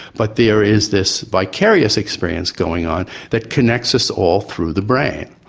but there is this vicarious experience going on that connects us all through the brain,